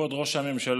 כבוד ראש הממשלה,